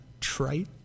trite